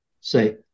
say